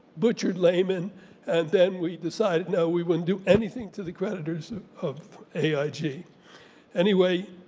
butchered lehman and then we decided, no, we wouldn't do anything to the creditors of aig. anyway,